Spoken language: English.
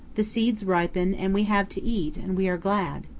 the seeds ripen and we have to eat and we are glad.